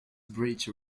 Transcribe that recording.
bridge